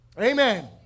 Amen